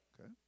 Okay